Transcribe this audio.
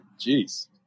Jeez